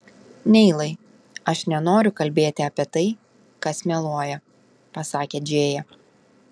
neilai aš nenoriu kalbėti apie tai kas meluoja pasakė džėja